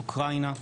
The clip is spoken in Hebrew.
אוקראינה,